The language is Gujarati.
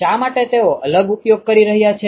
શા માટે તેઓ અલગ ઉપયોગ કરી રહ્યા છે